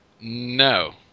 No